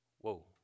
Whoa